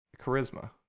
charisma